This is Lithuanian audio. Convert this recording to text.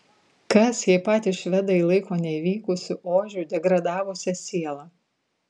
kas jei patys švedai jį laiko nevykusiu ožiu degradavusia siela